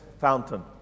Fountain